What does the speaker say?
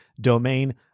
domain